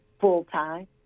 full-time